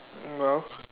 no